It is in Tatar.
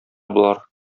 болар